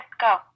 go